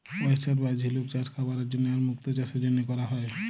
oyster বা ঝিলুক চাস খাবারের জন্হে আর মুক্ত চাসের জনহে ক্যরা হ্যয়ে